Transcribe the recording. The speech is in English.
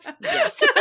yes